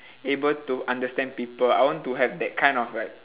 able to understand people I want to have that kind of like